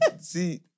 See